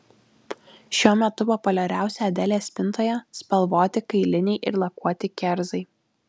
šiuo metu populiariausi adelės spintoje spalvoti kailiniai ir lakuoti kerzai